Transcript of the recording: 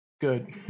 good